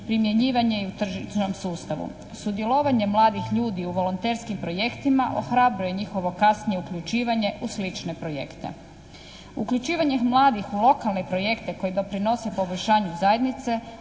primjenjivanje u tržišnom sustavu. Sudjelovanje mladih ljudi u volonterskim projektima ohrabruje njihovo kasnije uključivanje u slične projekte. Uključivanje mladih u lokalne projekte koji doprinose poboljšanju zajednice